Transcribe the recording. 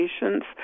patients